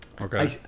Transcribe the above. Okay